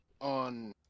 on